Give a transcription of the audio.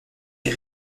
est